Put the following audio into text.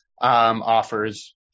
offers